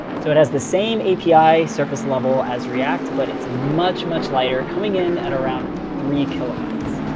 so it has the same api surface level as react, but it's much, much lighter, coming in at around three kilobytes.